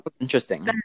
interesting